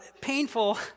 painful